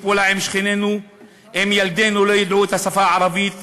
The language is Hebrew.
פעולה עם שכנינו אם ילדינו לא ידעו את השפה הערבית